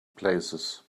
places